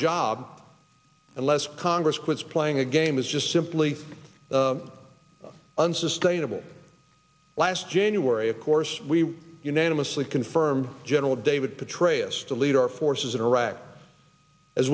job unless congress quits playing a game is just simply unsustainable last january of course we unanimously confirmed general david petraeus to lead our forces in iraq as